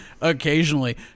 Occasionally